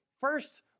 first